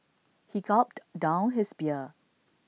he gulped down his beer